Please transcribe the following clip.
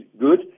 good